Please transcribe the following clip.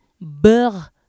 beurre